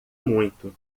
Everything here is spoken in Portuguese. muito